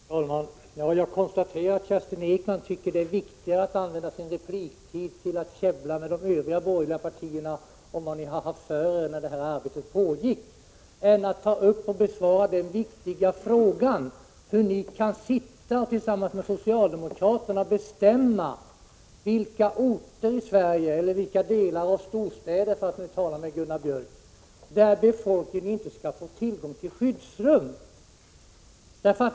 Fru talman! Jag konstaterar att Kerstin Ekman tycker att det är viktigare att använda sin repliktid till att käbbla med de övriga borgerliga partierna om vad ni haft för er medan det här arbetet pågick än till att besvara den viktiga frågan om hur ni tillsammans med socialdemokraterna kan sitta och bestämma i vilka orter eller, för att tala med Gunnar Björk i Gävle, i vilka delar av storstäderna befolkningen inte skall ha tillgång till skyddsrum.